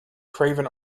craven